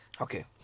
Okay